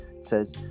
says